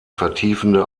vertiefende